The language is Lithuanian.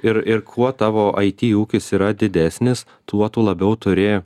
ir ir kuo tavo aiti ūkis yra didesnis tuo tu labiau turi